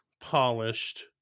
polished